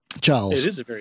Charles